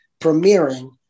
premiering